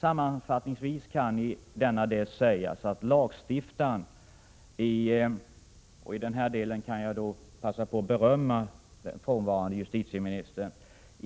Sammanfattningsvis kan i denna del sägas att lagstiftaren i